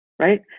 right